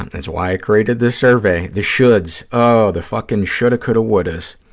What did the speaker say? that's why i created this survey, the shoulds. oh, the fucking should've-could've-would'ves.